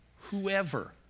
Whoever